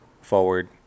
forward